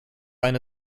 eine